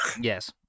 yes